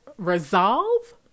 resolve